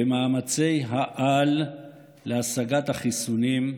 במאמצי-העל להשגת החיסונים,